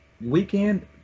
weekend